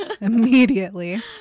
immediately